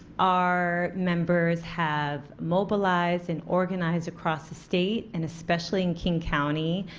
our members have mobilized and organized across the state, and especially in king county.